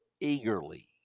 eagerly